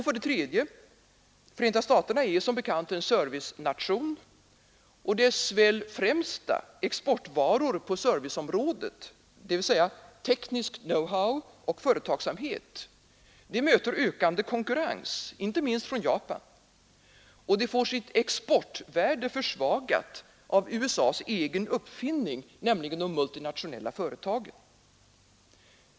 För det tredje: USA är som bekant en servicenation och dess väl främsta exportvaror på serviceområdet, dvs. tekniskt know-how och företagsamhet, möter ökande konkurrens inte minst från Japan och får sitt exportvärde försvagat av USA:s egen uppfinning, nämligen de multinationella företagen.